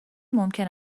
ممکن